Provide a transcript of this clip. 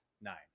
nine